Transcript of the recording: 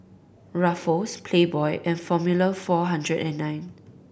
Ruffles Playboy and Formula Four Hundred And Nine